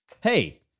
Hey